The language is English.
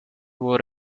wore